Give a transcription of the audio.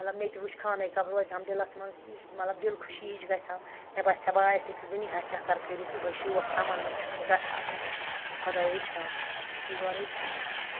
مطلب مےٚ تہِ وٕچھ خانے کعاب روزِہَم دِلَس منٛز مطلب دِل خوشی ہِش گژھِ ہَم مےٚ باسہِ ہا بہٕ آیَس أکِس دُنیاہَس چکر کٔرِتھ یہوہَے شوق تَمنا چھُم بہٕ گژھٕ ہا تور خۄداے وٮ۪ژھِ ہم پَروَردِگار وٮ۪ژھِ ہم آمیٖن